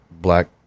black